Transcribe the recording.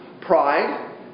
Pride